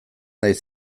naiz